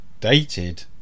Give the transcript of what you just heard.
dated